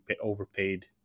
overpaid